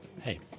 hey